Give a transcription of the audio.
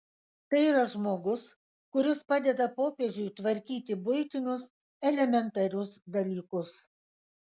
tai yra žmogus kuris padeda popiežiui tvarkyti buitinius elementarius dalykus